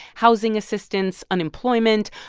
housing assistance, unemployment.